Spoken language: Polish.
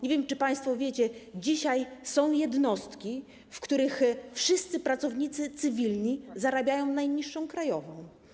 Nie wiem, czy państwo wiecie, że dzisiaj są jednostki, w których wszyscy pracownicy cywilni zarabiają najniższą krajową.